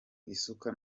isuku